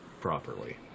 properly